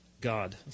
God